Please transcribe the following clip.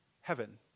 heaven